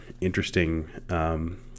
interesting